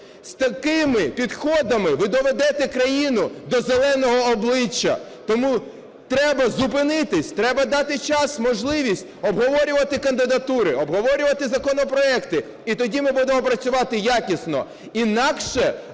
З такими підходами ви доведете країну до зеленого обличчя, тому треба зупинитись, треба дати час, можливість обговорювати кандидатури, обговорювати законопроекти, і тоді ми будемо працювати якісно,